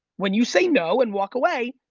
when you say no and walk away,